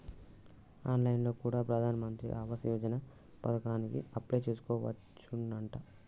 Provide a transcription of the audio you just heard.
on line లో కూడా ప్రధాన్ మంత్రి ఆవాస్ యోజన పథకానికి అప్లై చేసుకోవచ్చునంట